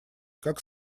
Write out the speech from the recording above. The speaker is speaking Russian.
как